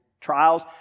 trials